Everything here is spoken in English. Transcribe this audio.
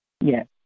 Yes